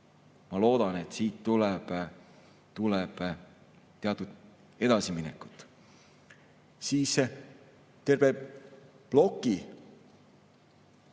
ma loodan, et siit tuleb teatud edasiminekut. Terve plokk